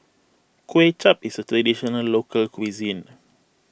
Kuay Chap is a Traditional Local Cuisine